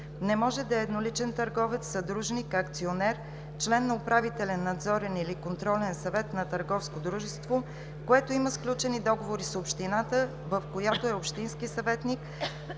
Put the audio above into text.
не може да е едноличен търговец, съдружник, акционер, член на управителен, надзорен или контролен съвет на търговско дружество, което има сключени договори с общината, в която е общински съветник,